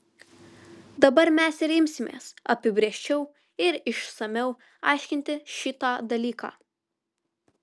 dabar mes ir imsimės apibrėžčiau ir išsamiau aiškinti šitą dalyką